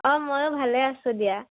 অঁ ময়ো ভালে আছোঁ দিয়া